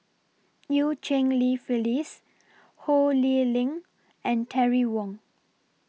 EU Cheng Li Phyllis Ho Lee Ling and Terry Wong